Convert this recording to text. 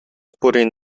бүрийн